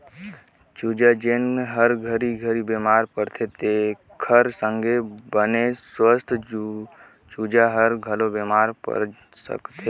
चूजा जेन हर घरी घरी बेमार परथे तेखर संघे बने सुवस्थ चूजा हर घलो बेमार पर सकथे